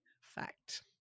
Fact